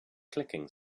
clicking